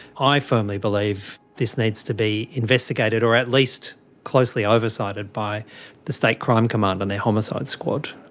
i firmly believe this needs to be investigated or at least closely oversighted by the state crime command and their homicide squad.